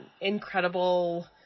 incredible